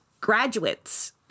graduates